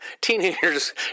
Teenagers